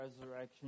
resurrection